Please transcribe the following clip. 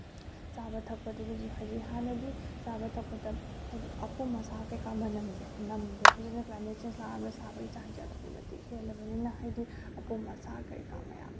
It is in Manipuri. ꯆꯥꯕ ꯊꯛꯄꯗꯨꯗꯁꯨ ꯍꯧꯖꯤꯛ ꯍꯥꯟꯅꯗꯤ ꯆꯥꯕ ꯊꯛꯄꯗ ꯍꯥꯏꯗꯤ ꯑꯄꯨꯝ ꯑꯁꯥ ꯀꯩꯀꯥ ꯃꯅꯝꯁꯦ ꯅꯝꯗꯦꯕ ꯍꯧꯖꯤꯛꯅ ꯀ꯭ꯂꯥꯏꯃꯦꯠ ꯆꯦꯟꯖ ꯂꯥꯛꯑꯕꯅꯤꯅ ꯁꯥꯕꯒꯤ ꯆꯥꯡꯁꯦ ꯑꯗꯨꯛꯀꯤ ꯃꯇꯤꯛ ꯍꯦꯜꯂꯕꯅꯤꯅ ꯍꯥꯏꯗꯤ ꯑꯄꯨꯝ ꯑꯁꯥ ꯀꯔꯤ ꯀꯌꯥ ꯃꯌꯥꯝꯁꯦ